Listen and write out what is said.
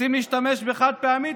רוצים להשתמש בחד-פעמי?